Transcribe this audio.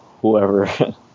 whoever